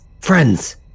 Friends